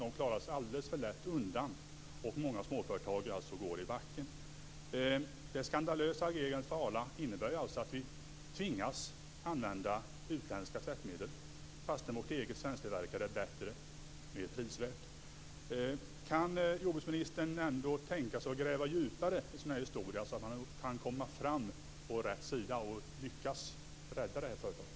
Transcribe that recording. De kommer alldeles för lätt undan, och många småföretag går i backen. Arlas skandalösa agerande innebär att vi tvingas utländska tvättmedel, fastän vårt svensktillverkade är bättre och mer prisvärt. Kan jordbruksministern ändå tänka sig att gräva djupare i en sådan här historia, så att man kan lyckas med att rädda företaget i fråga?